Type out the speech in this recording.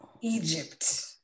Egypt